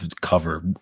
cover